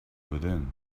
within